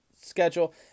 schedule